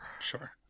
sure